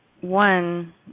one